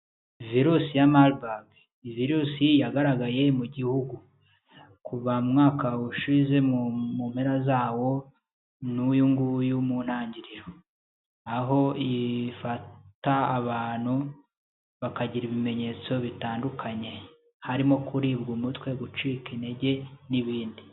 Virus ya marbarg. Ni virus yagaragaye mu gihugu, kuva mu mwaka ushize mu mpera zawo, n'uyu nguyu muntangiriro. Aho ifata abantu bakagira ibimenyetso bitandukanye, harimo kuribwa umutwe, gucika intege n'ibindi.